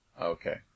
Okay